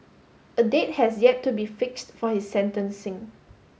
a date has yet to be fixed for his sentencing